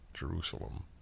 Jerusalem